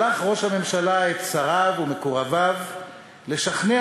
שלח ראש הממשלה את שריו ומקורביו לשכנע